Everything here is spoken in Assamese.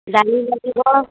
দালি লাগিব